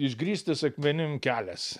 išgrįstas akmenim kelias